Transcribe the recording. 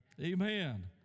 Amen